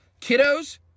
Kiddos